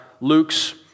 Luke's